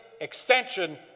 extension